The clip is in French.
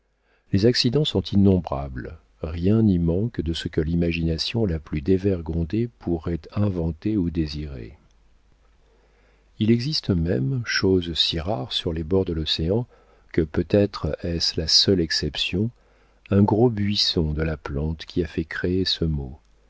les accidents sont innombrables rien n'y manque de ce que l'imagination la plus dévergondée pourrait inventer ou désirer il existe même chose si rare sur les bords de l'océan que peut-être est-ce la seule exception un gros buisson de la plante qui a fait créer ce mot